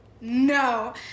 No